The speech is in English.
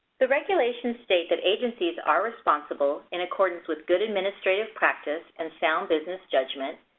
the regulations state that agencies are responsible, in accordance with good administrative practice and sound business judgment,